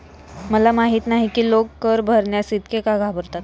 मला माहित नाही की लोक कर भरण्यास इतके का घाबरतात